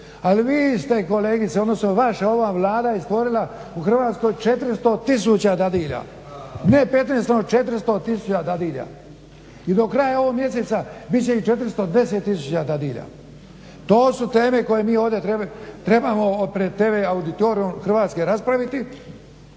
Ali vi ste kolegice, odnosno vaša ova Vlada je stvorila u Hrvatskoj 400 tisuća dadilja. Ne 15, 400 tisuća dadilja. I do kraja ovog mjeseca bit će ih 410 tisuća dadilja. To su teme koje mi ovdje trebamo pred tv auditorijem Hrvatske raspraviti